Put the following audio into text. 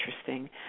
interesting